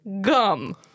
gum